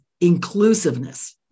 inclusiveness